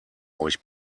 euch